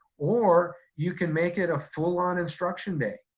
or you can make it a full on instruction day.